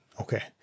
Okay